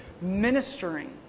ministering